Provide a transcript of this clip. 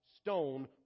stone